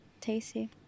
Tasty